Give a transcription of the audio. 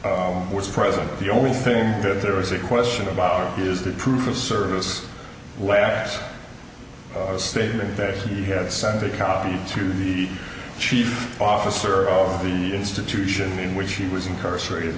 was present the only thing that there is a question about is the proof of service last statement that he had sent a copy to the chief officer of the institution in which he was incarcerated